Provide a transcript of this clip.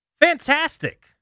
Fantastic